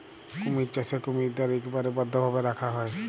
কুমির চাষে কুমিরদ্যার ইকবারে বদ্ধভাবে রাখা হ্যয়